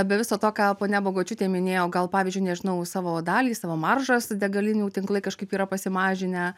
be viso to ką ponia bagočiūtė minėjo gal pavyzdžiui nežinau savo dalį savo maržas degalinių tinklai kažkaip yra pasimažinę